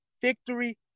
victory